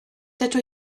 dydw